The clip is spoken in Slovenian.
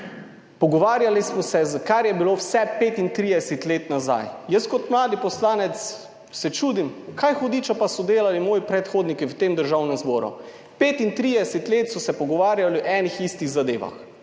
pogovarjali smo se, kar je bilo vse 35 let nazaj. Jaz kot mladi poslanec se čudim, kaj hudiča pa so delali moji predhodniki v tem Državnem zboru, 35 let so se pogovarjali o enih istih zadevah.